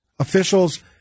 officials